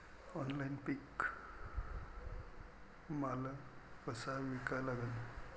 Online पीक माल कसा विका लागन?